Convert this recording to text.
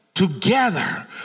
Together